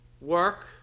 work